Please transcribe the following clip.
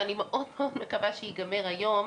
שאני מאוד מקווה שייגמר היום,